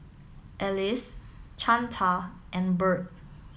Alyse Chantal and Bird